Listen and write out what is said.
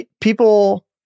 People